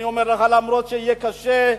אני אומר לך, אף-על-פי שיהיה קשה,